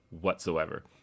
whatsoever